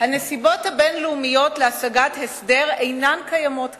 הנסיבות הבין-לאומיות להשגת הסדר אינן קיימות כרגע.